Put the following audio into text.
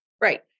Right